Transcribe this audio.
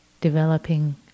developing